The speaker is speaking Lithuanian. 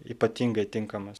ypatingai tinkamas